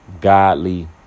godly